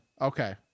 Okay